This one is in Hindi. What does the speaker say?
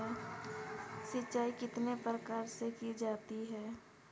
सिंचाई कितने प्रकार से की जा सकती है?